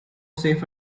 safe